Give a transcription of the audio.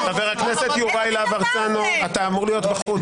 (חברת הכנסת יסמין פרידמן יוצאת מחדר